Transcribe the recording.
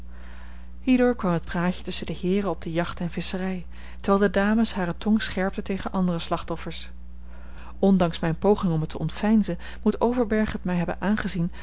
hierdoor kwam het praatje tusschen de heeren op de jacht en visscherij terwijl de dames hare tong scherpten tegen andere slachtoffers ondanks mijne poging om het te ontveinzen moet overberg het mij hebben aangezien